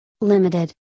limited